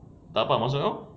tak faham maksud kau